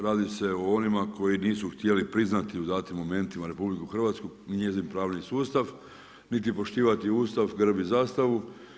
Radi se o onima koji nisu htjeli priznati u datim momentima RH i njezin pravni sustav, niti poštivati Ustav, grb i zastavu.